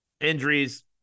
Injuries